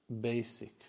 basic